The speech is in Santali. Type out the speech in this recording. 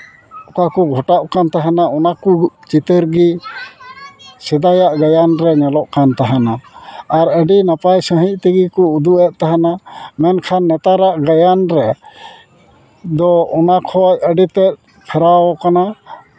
ᱚᱠᱟ ᱠᱚ ᱜᱷᱚᱴᱟᱜ ᱠᱟᱱ ᱛᱟᱦᱮᱱᱟ ᱚᱱᱟᱠᱚ ᱪᱤᱛᱟᱹᱨ ᱜᱮ ᱥᱮᱫᱟᱭᱟᱜ ᱜᱟᱭᱟᱱ ᱨᱮ ᱧᱮᱞᱚᱜ ᱠᱟᱱ ᱛᱟᱦᱮᱱᱚᱜ ᱟᱨ ᱟᱹᱰᱤ ᱱᱟᱯᱟᱭ ᱥᱟᱹᱦᱤᱡ ᱛᱮᱜᱮᱠᱚ ᱩᱫᱩᱜ ᱮᱫ ᱛᱟᱦᱮᱱᱟ ᱢᱮᱱᱠᱷᱟᱱ ᱱᱮᱛᱟᱨᱟᱜ ᱜᱟᱭᱟᱱ ᱨᱮᱫᱚ ᱚᱱᱟ ᱠᱷᱚᱡ ᱟᱹᱰᱤᱛᱮᱫ ᱥᱚᱨᱟᱣ ᱟᱠᱟᱱᱟ